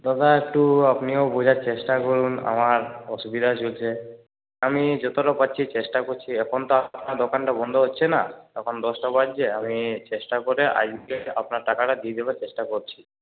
দাদা একটু আপনিও বোঝার চেষ্টা করুন আমার অসুবিধা চলছে আমি যতটা পারছি চেষ্টা করছি এখন তো দোকানটা বন্ধ হচ্ছে না তখন দশটা বাজছে আমি চেষ্টা করে আজকেই আপনার টাকাটা দিয়ে দেওয়ার চেষ্টা করছি